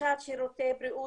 הנגשת שירותי בריאות,